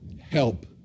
help